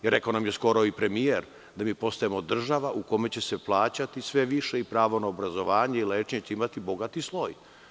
Skoro nam je rekao i premijer da mi postajemo država u kome će plaćati sve više i pravo na obrazovanje i lečenje će imati bogati sloj.